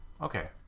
Okay